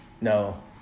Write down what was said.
No